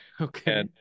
Okay